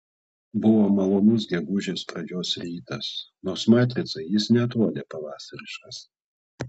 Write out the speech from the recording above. buvo malonus gegužės pradžios rytas nors matricai jis neatrodė pavasariškas